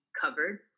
covered